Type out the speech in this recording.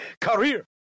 career